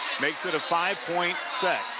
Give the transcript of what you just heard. makes it a five-point set.